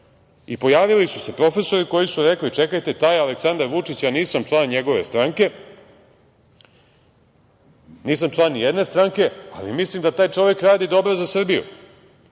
Pojavili su se profesori koji su rekli – čekajte, taj Aleksandar Vučić, ja nisam član njegove stranke, nisam član ni jedne stranke, ali mislim da taj čovek radi dobro za Srbiju.